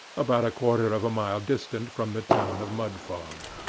about a quarter of a mile distant from the town of mudfog.